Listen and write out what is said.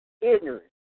ignorance